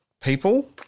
people